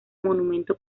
monumento